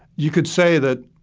you could say that,